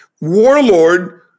warlord